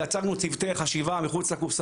יצרנו צוותי חשיבה מחוץ לקופסא,